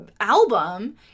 album